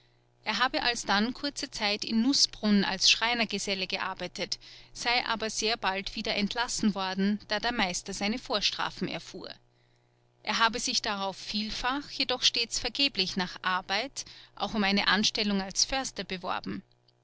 er habe alsdann kurze zeit in nußbrunn als schreinergeselle gearbeitet sei aber sehr bald wieder entlassen worden da der meister seine vorstrafen erfuhr er habe sich darauf vielfach jedoch stets vergeblich nach arbeit auch um eine anstellung als förster beworben